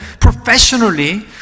professionally